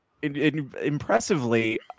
impressively